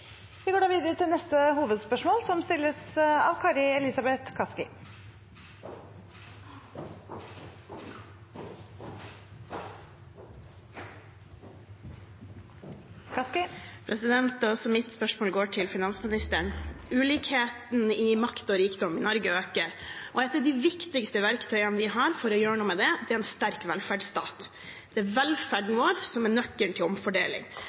Vi går videre til neste hovedspørsmål. Også mitt spørsmål går til finansministeren. Ulikheten i makt og rikdom i Norge øker, og et av de viktigste verktøyene vi har for å gjøre noe med det, er en sterk velferdsstat. Det er velferden vår som er nøkkelen til omfordeling.